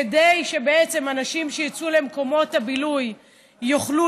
כדי שאנשים שיצאו למקומות הבילוי יוכלו